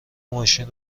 ماشین